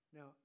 Now